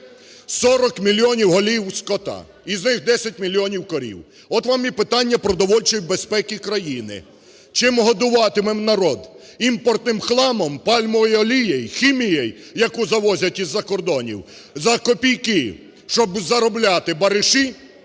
40 мільйонів голів скота, із них - 10 мільйонів корів. От вам і питання продовольчої безпеки країни. Чим годуватимемо народ? Імпортним хламом, пальмовою олією, хімією, яку завозять із-за кордонів за копійки, щоб заробляти бариші?